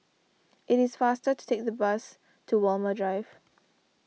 it is faster to take the bus to Walmer Drive